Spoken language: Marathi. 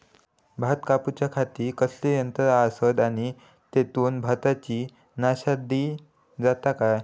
भात कापूच्या खाती कसले यांत्रा आसत आणि तेतुत भाताची नाशादी जाता काय?